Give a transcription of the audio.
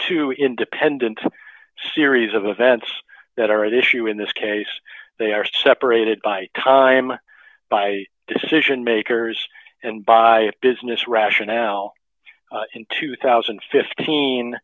two independent series of events that are at issue in this case they are separated by time by decision makers and by business rationale in two thousand and fifteen